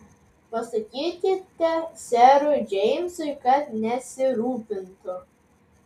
pasakykite serui džeimsui kad nesirūpintų